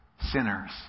sinners